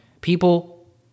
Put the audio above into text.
People